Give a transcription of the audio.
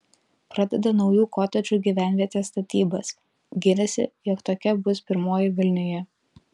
pradeda naujų kotedžų gyvenvietės statybas giriasi jog tokia bus pirmoji vilniuje